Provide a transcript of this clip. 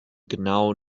genoa